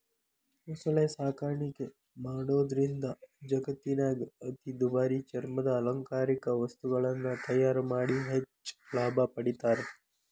ಮೊಸಳೆ ಸಾಕಾಣಿಕೆ ಮಾಡೋದ್ರಿಂದ ಜಗತ್ತಿನ್ಯಾಗ ಅತಿ ದುಬಾರಿ ಚರ್ಮದ ಅಲಂಕಾರಿಕ ವಸ್ತುಗಳನ್ನ ತಯಾರ್ ಮಾಡಿ ಹೆಚ್ಚ್ ಲಾಭ ಪಡಿತಾರ